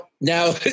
now